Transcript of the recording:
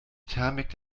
thermik